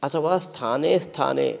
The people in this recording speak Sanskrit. अथवा स्थाने स्थाने